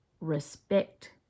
respect